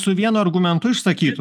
su vienu argumentu išsakytu